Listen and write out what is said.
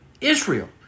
Israel